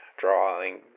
drawing